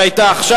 שהיתה עכשיו.